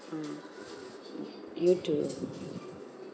mm you too